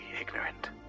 ignorant